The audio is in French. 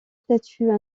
statues